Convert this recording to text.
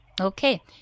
Okay